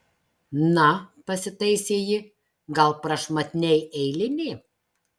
na pasitaisė ji gal prašmatniai eilinė